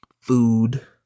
food